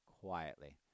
quietly